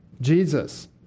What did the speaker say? Jesus